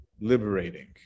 liberating